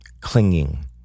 clinging